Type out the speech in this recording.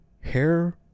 hair